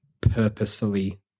purposefully